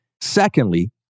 Secondly